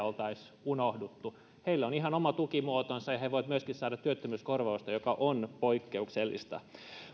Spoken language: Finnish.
oltaisiin unohdettu heille on ihan oma tukimuotonsa ja he voivat myöskin saada työttömyyskorvausta mikä on poikkeuksellista